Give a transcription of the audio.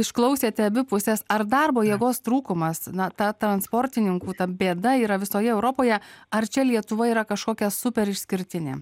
išklausėte abi pusės ar darbo jėgos trūkumas na ta transportininkų ta bėda yra visoje europoje ar čia lietuva yra kažkokia super išskirtinė